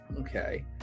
Okay